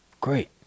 great